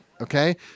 Okay